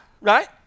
right